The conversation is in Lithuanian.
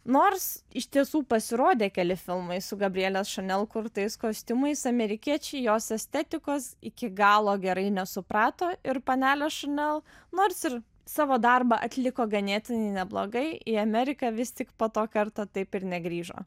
nors iš tiesų pasirodė keli filmai su gabrielės chanel kurtais kostiumais amerikiečiai jos estetikos iki galo gerai nesuprato ir panelė chanel nors ir savo darbą atliko ganėtinai neblogai į ameriką vis tik po to karto taip ir negrįžo